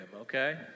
okay